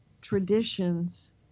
traditions